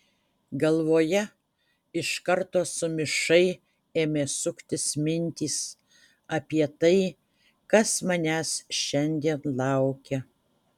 galvoje iš karto sumišai ėmė suktis mintys apie tai kas manęs šiandien laukia